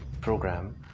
program